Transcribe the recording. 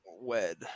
Wed